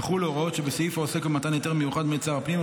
יחולו ההוראות שבסעיף העוסק במתן היתר מיוחד מאת שר הפנים,